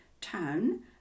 town